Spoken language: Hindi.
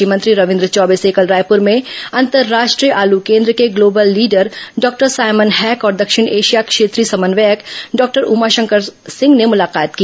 कृषि मंत्री रविन्द्र चौबे से कल रायपुर में अंतर्राष्ट्रीय आलू केन्द्र के global leader doctor Simon Heck और दक्षिण एशिया क्षेत्रीय समन्वयक डॉक्टर उमाशकर सिंह ने मुलाकात की